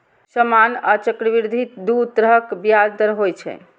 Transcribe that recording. सामान्य आ चक्रवृद्धि दू तरहक ब्याज दर होइ छै